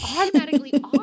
automatically